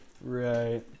Right